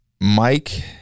Mike